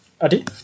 Adi